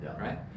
right